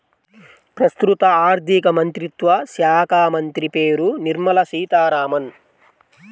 ప్రస్తుత ఆర్థికమంత్రిత్వ శాఖామంత్రి పేరు నిర్మల సీతారామన్